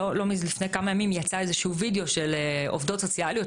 לפני כמה ימים יצא איזה וידאו של עובדות סוציאליות,